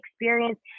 experience